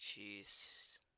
Jeez